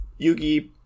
Yugi